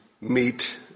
meet